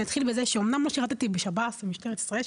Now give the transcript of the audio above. אני אתחיל מזה שלא שירתי בשב"ס או במשטרת ישראל,